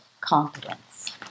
confidence